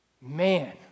Man